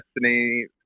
Destiny